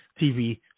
TV